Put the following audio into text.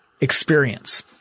experience